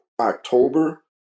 October